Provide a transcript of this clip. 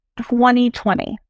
2020